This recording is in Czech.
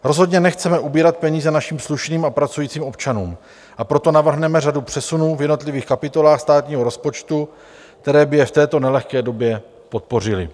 Rozhodně nechceme ubírat peníze našim slušným a pracujícím občanům, a proto navrhneme řadu přesunů v jednotlivých kapitolách státního rozpočtu, které by je v této nelehké době podpořily.